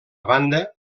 banda